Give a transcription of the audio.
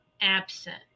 absent